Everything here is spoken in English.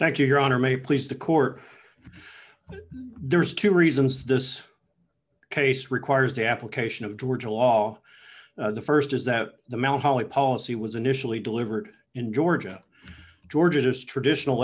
thank you your honor may please the court there's two reasons this case requires the application of georgia law the st is that the mount holly policy was initially delivered in ga ga's traditional